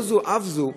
לא זו אף זו,